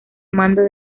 mando